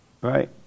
right